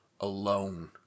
alone